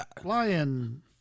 flying